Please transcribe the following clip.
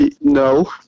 No